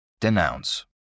Denounce